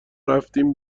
رفتیم